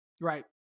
right